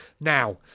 now